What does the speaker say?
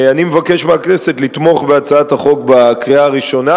אני מבקש מהכנסת לתמוך בהצעת החוק בקריאה הראשונה